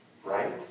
Right